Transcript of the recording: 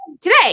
Today